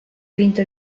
vinto